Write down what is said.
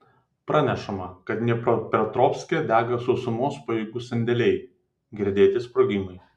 pranešama kad dniepropetrovske dega sausumos pajėgų sandėliai girdėti sprogimai